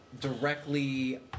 directly